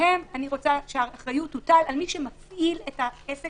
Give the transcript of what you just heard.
לגביהם אני רוצה שהאחריות תוטל על מי שמפעיל בפועל,